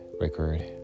record